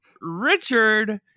Richard